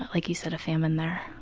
like you said, a famine there.